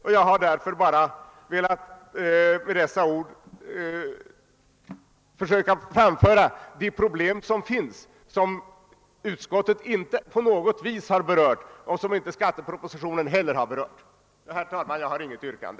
Med dessa ord har jag bara försökt att framföra de problem som finns och som varken skattepropositionen eller utskottets utlåtande har berört. Herr talman! Jag har inget yrkande.